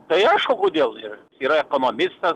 tai aišku kodėl ir yra ekonomistas